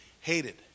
hated